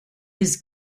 his